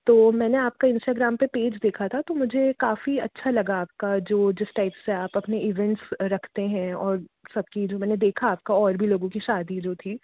तो मैंने आपका इंस्टाग्राम पर पेज देखा था तो मुझे काफ़ी अच्छा लगा आपका जो जिस टाइप से आप अपने इवेंट्स रखते हैं और सब चीज़ मैंने देखा आपका और भी लोगों की शादी जो थी